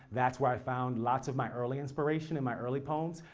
that's where i found lots of my early inspiration in my early poems.